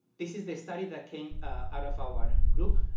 this is the study that came out of our group